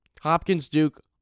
Hopkins-Duke